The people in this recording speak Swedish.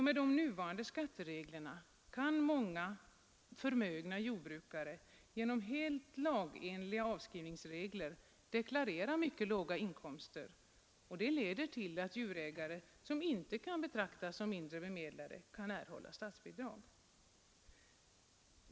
Med de nuvarande skattereglerna kan nämligen många förmögna jordbrukare genom helt lagenliga avskrivningsregler deklarera mycket låga inkomster, och detta leder till att djurägare, som inte kan betraktas som mindre bemedlade, kan erhålla statsbidrag.